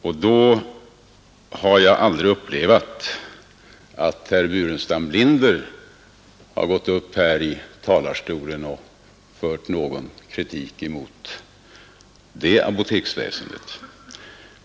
Jag upplevde då aldrig att herr Burenstam Linder gick upp i talarstolen och framförde kritik mot dessa prishöjningar.